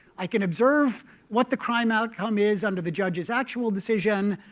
i can observe what the crime outcome is under the judge's actual decision,